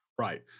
Right